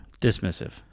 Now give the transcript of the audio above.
dismissive